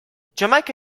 giamaica